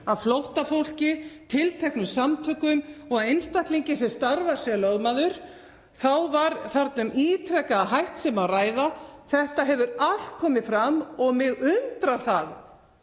að flóttafólki, tilteknum samtökum og einstaklingi sem starfar sem lögmaður. Þá var þarna um ítrekaða háttsemi sem ræða. Þetta hefur allt komið fram og mig undrar að